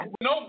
no